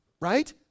Right